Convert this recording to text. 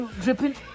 dripping